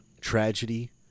tragedy